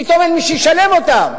פתאום אין מי שישלם אותם,